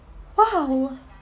!wow!